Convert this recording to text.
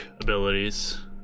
abilities